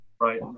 right